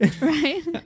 right